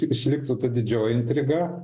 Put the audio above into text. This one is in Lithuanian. išliktų ta didžioji intriga